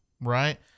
right